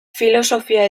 filosofia